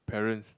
parents